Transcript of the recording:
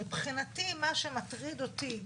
מבחינתי, מה שמטריד אותי,